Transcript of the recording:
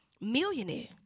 Millionaire